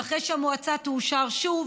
ואחרי שהמועצה תאושר שוב,